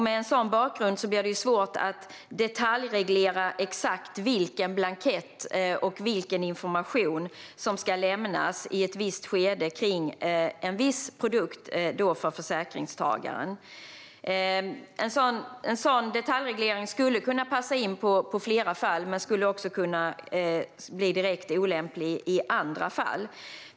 Med en sådan bakgrund blir det svårt att detaljreglera exakt vilken blankett och vilken information som ska lämnas i ett visst skede om en viss produkt för försäkringstagaren. En sådan detaljreglering skulle kunna passa in på flera fall men skulle också kunna bli direkt olämplig i andra fall.